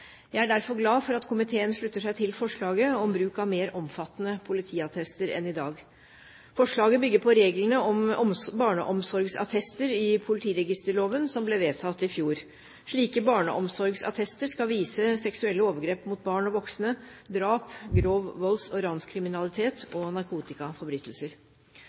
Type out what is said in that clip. Jeg er derfor glad for at komiteen slutter seg til forslaget om bruk av mer omfattende politiattester enn i dag. Forslaget bygger på reglene om barneomsorgsattester i politiregisterloven, som ble vedtatt i fjor. Slike barneomsorgsattester skal vise seksuelle overgrep mot barn og voksne, drap, grov volds- og ranskriminalitet